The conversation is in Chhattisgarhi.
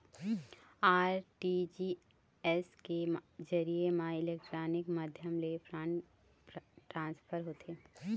आर.टी.जी.एस के जरिए म इलेक्ट्रानिक माध्यम ले फंड ट्रांसफर होथे